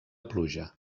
pluja